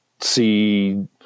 see